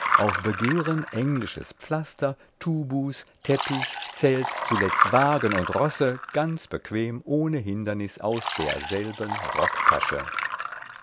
auf begehren englisches pflaster tubus teppich zelt zuletzt wagen und rosse ganz bequem ohne hindernis aus derselben